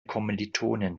kommilitonin